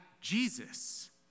Jesus